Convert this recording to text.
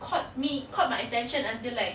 caught me caught my attention until like